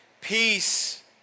peace